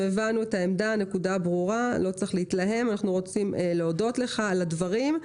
אנחנו רוצים להודות לך על הדברים.